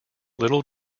little